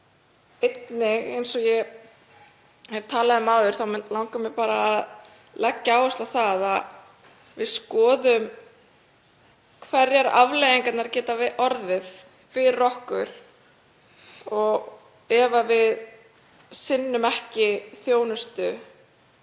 Eins og ég hef talað um áður langar mig bara að leggja áherslu á að við skoðum hverjar afleiðingarnar geta orðið fyrir okkur ef við sinnum ekki þjónustu